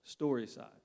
StorySide